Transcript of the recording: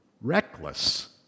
reckless